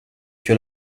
que